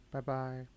Bye-bye